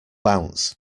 bounce